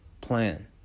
plan